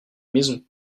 maisons